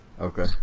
Okay